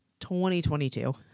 2022